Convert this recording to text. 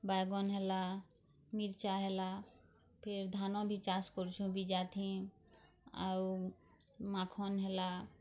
ବାଇଗନ୍ ହେଲା ମିର୍ଚା ହେଲା ଫିର୍ ଧାନ୍ ବି ଚାଷ୍ କରୁଛୁ ବୀଜାଥି ଆଉ ମାଖନ୍ ହେଲା